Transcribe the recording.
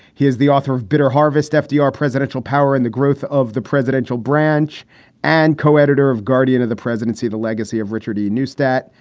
he is the author of bitter harvest, fdr presidential power and the growth of the presidential branch and co-editor of guardian of the presidency the legacy of richard newsthat.